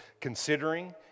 considering